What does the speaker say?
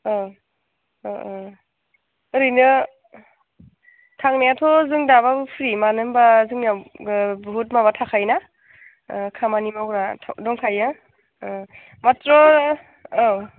ओं ओं ओरैनो थांनायाथ' जों दाबाबो फ्रि मानो होनबा जोंनियाव बहुत माबा थाखायोना खामानि मावग्रा दंखायो मात्र' औ